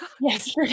Yes